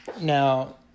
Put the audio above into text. Now